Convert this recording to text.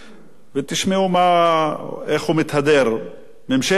ותשמעו איך הוא מתהדר: ממשלת ישראל